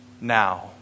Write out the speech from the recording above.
now